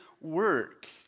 work